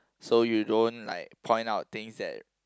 so you don't like point out things that